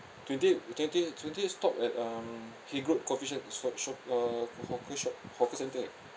twenty-eight twenty-eight twenty-eight stop at um coffeeshop shop uh hawker shop hawker centre right